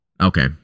Okay